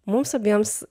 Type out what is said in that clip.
mums abiems